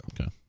okay